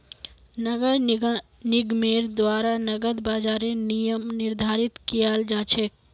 नगर निगमेर द्वारा नकद बाजारेर नियम निर्धारित कियाल जा छेक